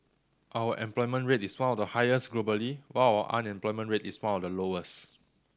our employment rate is one of the highest globally while our unemployment rate is one of the lowest